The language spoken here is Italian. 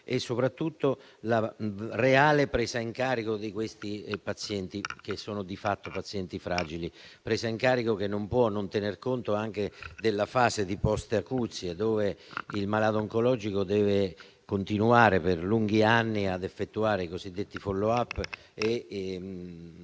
e soprattutto consentire la reale presa in carico di questi pazienti, che sono di fatto pazienti fragili. Questa presa in carico non può non tener conto anche della fase di *post* acuzie in cui si trova il malato oncologico, che deve continuare per lunghi anni ad effettuare i cosiddetti *follow-up* e